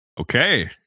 Okay